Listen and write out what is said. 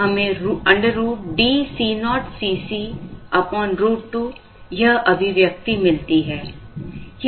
इसलिए हमें √DCoCc √2 यह अभिव्यक्ति मिलती है